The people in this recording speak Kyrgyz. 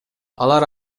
алар